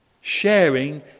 sharing